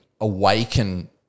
awaken